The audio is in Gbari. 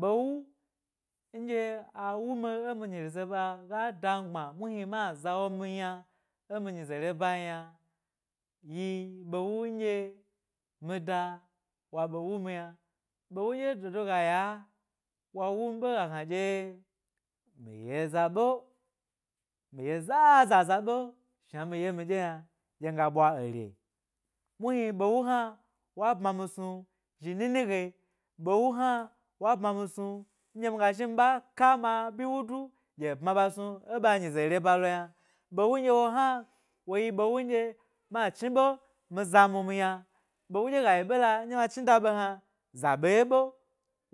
Ɓe wu ndye awuni e mi nyi zere ba ga da mi gbma, muhni ma zawo mu m yna e mi nyi re. ba yna yi ɓe wu nɗye mi da wa ɓe wumi ynai ɓewu ɗye dodo ga yi a wa wumi ɓe ga gna dye mi ye zaɓe mi ye za za zar ɓe shna mi ye mi ɗye yna ɗye nga ɓwa ere muhni ɓee wu hna wa bmamisnu zhi ninu ge, ɓewu hna wa bma mi nɗye mi ga zhi ɓa ka ma abyi wu du dye e bma ɓa snu e ɓa nyize re ba lo yna. Ɓewu nɗye wo hna woyi ɓewu nɗye ma chni ɓe mi zamu m yna ɓewu ɗye ga yi ɓela, nɗye ma chnida ɓe yna zaɓe ye ɓe